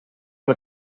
del